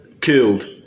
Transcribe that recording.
Killed